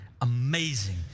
amazing